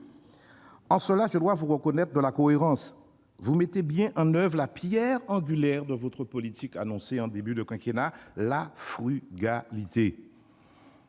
En cela, je dois vous reconnaître de la cohérence. Vous mettez bien en oeuvre la pierre angulaire de votre politique annoncée en début de quinquennat : la frugalité